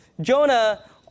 Jonah